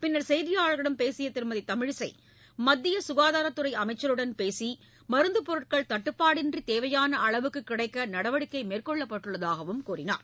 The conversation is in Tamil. பின்னர் செய்தியாளர்களிடம் பேசிய திருமதி தமிழிசை மத்திய சுகாதாரத்துறை அமைச்சருடன் பேசி மருந்து பொருட்கள் தட்டுப்பாடின்றி தேவையான அளவுக்கு கிடைக்க நடவடிக்கை மேற்கொள்ளப்பட்டுள்ளதாகக் கூறினார்